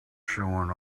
showing